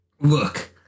Look